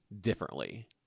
differently